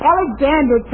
Alexander